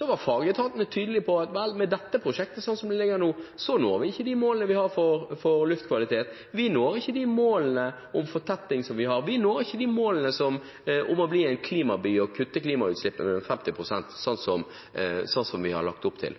var tydelige på at med dette prosjektet slik det foreligger nå, når vi ikke de målene vi har for luftkvalitet, vi når ikke de målene om fortetting som vi har, vi når ikke målene om å kutte klimautslippene med 50 pst. og bli en klimaby, slik vi har lagt opp til.